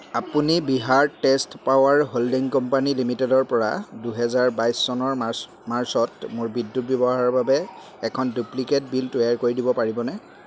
আপুনি Bihar state power holding company লিমিটেডৰ পৰা দুই হাজাৰ বাইছ চনৰ মাৰ্চ মাৰ্চত মোৰ বিদ্যুৎ ব্যৱহাৰৰ বাবে এখন ডুপ্লিকেট বিল তৈয়াৰ কৰি দিব পাৰিবনে